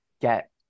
get